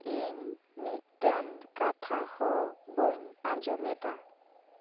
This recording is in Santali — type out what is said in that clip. ᱤᱧ ᱢᱤᱫᱴᱮᱱ ᱠᱟᱛᱷᱟ ᱦᱚᱸ ᱵᱟᱹᱧ ᱟᱸᱡᱚᱢ ᱮᱫᱟ